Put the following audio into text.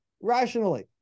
rationally